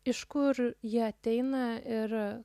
iš kur ji ateina ir